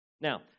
Now